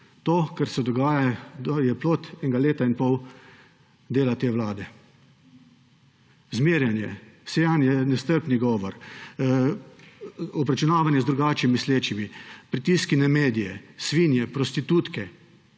To, kar se dogaja, je plod enega leta in pol dela te vlade: zmerjanje, sejanje, nestrpni govor, obračunavanje z drugače mislečimi, pritiski na medije, svinje, prostitutke.